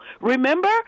Remember